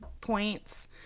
points